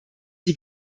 die